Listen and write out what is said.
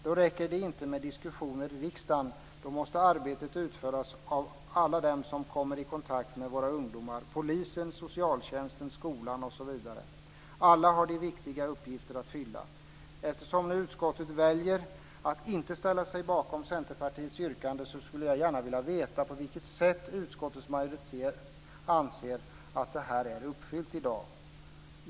Då räcker det inte med diskussioner i riksdagen, utan då måste arbetet utföras av alla dem som kommer i kontakt med våra ungdomar. Polisen, socialtjänsten, skolan osv. - alla har de viktiga uppgifter att fylla. Eftersom utskottet nu väljer att inte ställa sig bakom Centerpartiets yrkande, skulle jag gärna vilja veta på vilket sätt utskottets majoritet anser att detta är uppfyllt i dag.